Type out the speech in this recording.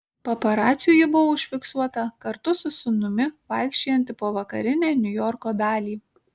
paparacių ji buvo užfiksuota kartu su sūnumi vaikščiojanti po vakarinę niujorko dalį